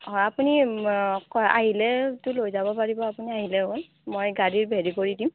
হয় আপুনি আহিলেটো লৈ যাব পাৰিব আপুনি আহিলে হ'ল মাই গাড়ী হেৰি কৰি দিম